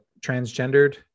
transgendered